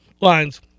lines